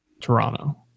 Toronto